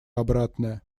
обратное